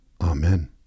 Amen